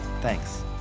Thanks